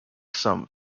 some